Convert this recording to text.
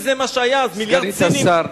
סגנית השר נוקד,